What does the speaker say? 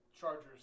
Chargers